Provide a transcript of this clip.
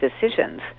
decisions